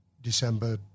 December